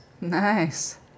Nice